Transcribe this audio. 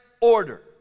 order